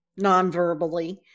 nonverbally